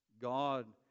God